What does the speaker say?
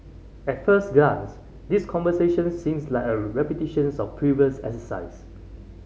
at first glance these conversations seems like a repetitions of previous exercise